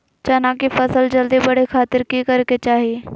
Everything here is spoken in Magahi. चना की फसल जल्दी बड़े खातिर की करे के चाही?